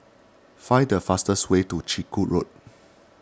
find the fastest way to Chiku Road